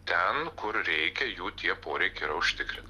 ten kur reikia jų tie poreikiai yra užtikrinti